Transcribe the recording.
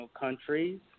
countries